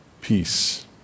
peace